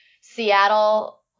Seattle